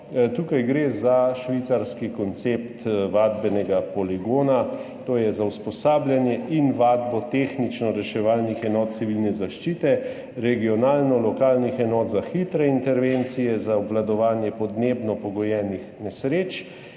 Tukaj gre za švicarski koncept vadbenega poligona. To je za usposabljanje in vadbo tehničnoreševalnih enot Civilne zaščite, regionalno-lokalnih enot za hitre intervencije, za obvladovanje podnebno pogojenih nesreč,